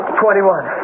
twenty-one